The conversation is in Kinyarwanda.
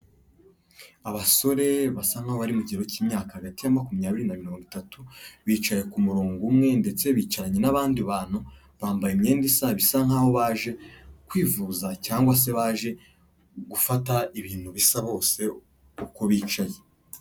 Abasore basa nkaho bari mu kigero cy'imyaka hagati ya makumyabiri na mirongo itatu, bicaye ku murongo umwe ndetse bicaranye n'abandi bantu, bambaye imyenda isa nkaho baje kwivuza cyangwa se baje gufata ibintu bisa bose uko bicaye.